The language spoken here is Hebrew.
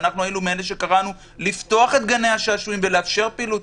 ואנחנו היינו מאלה שקראו לפתוח את גני השעשועים ולאפשר פעילות,